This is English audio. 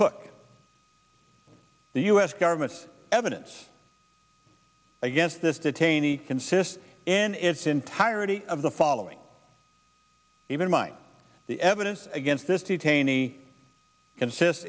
cook the u s government's evidence against this detainees consist in its entirety of the following even mine the evidence against this detainee consist